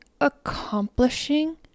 accomplishing